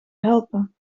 helpen